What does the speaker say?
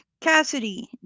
Cassidy